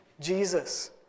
Jesus